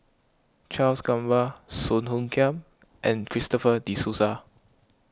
Charles Gamba Song Hoot Kiam and Christopher De Souza